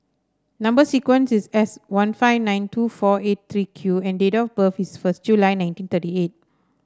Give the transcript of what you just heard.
number sequence is S one five nine two four eight three Q and date of birth is first July nineteen thirty eight